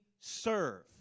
serve